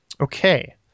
Okay